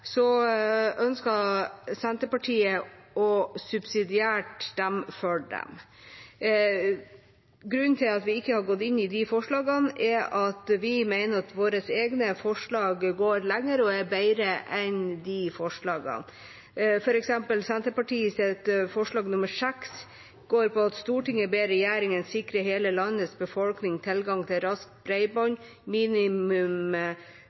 ønsker Senterpartiet subsidiært å stemme for. Grunnen til at vi ikke er med på de forslagene, er at vi mener våre egne forslag går lenger og er bedre. For eksempel står det i forslag nr. 6, fra Senterpartiet: «Stortinget ber regjeringen sikre hele landets befolkning tilgang til